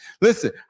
Listen